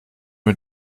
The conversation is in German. mit